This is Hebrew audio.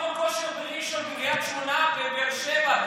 למה אתה סוגר מכון כושר בראשון או בקריית שמונה או בבאר שבע?